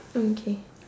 okay